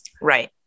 Right